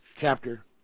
chapter